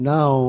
Now